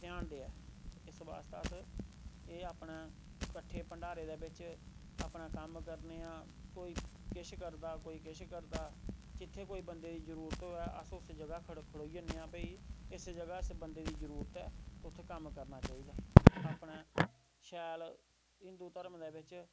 ध्यान देऐ इस आस्तै अस्स एह् अपने कट्ठे भंडारे दे बिच अपना कम्म करने आं कोई किश करदा कोई किश करदा जित्थै कोई बंदे दी जरूत होवे अस जगह खलोई जन्ने आं भाई इस जगह अस्स बंदे दी जरूरत ऐ ते उत्थै कम्म करना चाहिदा अपने शैल हिंदू धर्म दे बिच